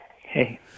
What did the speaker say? Hey